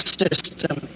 system